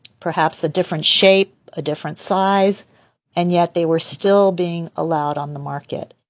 perhaps a different shape, a different size and yet they were still being allowed on the market